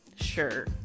Sure